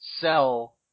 sell